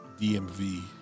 DMV